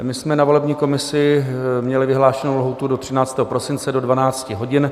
My jsme na volební komisi měli vyhlášenou lhůtu do 13. prosince do 12 hodin.